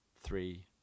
Three